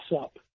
up